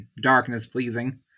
darkness-pleasing